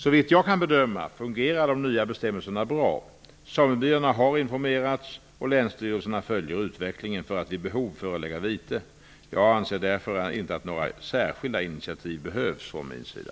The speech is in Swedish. Såvitt jag kan bedöma fungerar de nya bestämmelserna bra. Samebyarna har informerats och länsstyrelserna följer utvecklingen för att vid behov förelägga vite. Jag anser därför inte att några särskilda initiativ behövs från min sida.